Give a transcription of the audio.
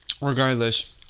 regardless